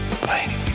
Bye